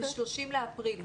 זה מ-30 באפריל.